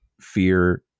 fear